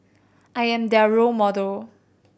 I am their role model